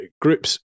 groups